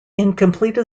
incomplete